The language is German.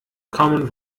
commen